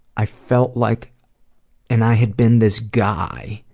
i felt like and i had been this guy.